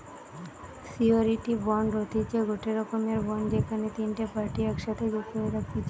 surety bond হতিছে গটে রকমের বন্ড যেখানে তিনটে পার্টি একসাথে যুক্ত হয়ে থাকতিছে